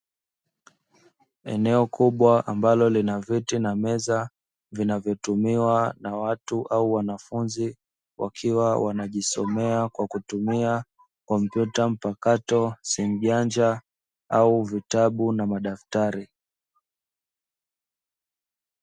Eneo kubwa ambalo lina viti na meza vinavyotumiwa na watu au wanafunzi, wakiwa wanajisomea kwa kutumia: kompyuta mpakato, simu janja au vitabu na madaftari.